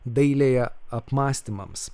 dailėje apmąstymams